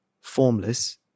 formless